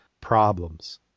problems